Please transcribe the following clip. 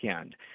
end